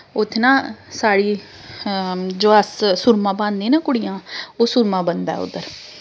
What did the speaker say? उत्थें न साढ़ी जो अस सुरमा पान्ने न कुड़ियां ओह् सुरमा बनदा उद्धर